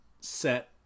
set